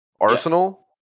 Arsenal